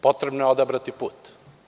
Potrebno je odabrati put.